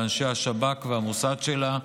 באנשי השב"כ והמוסד שלה.